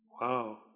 wow